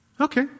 okay